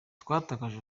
twatakaje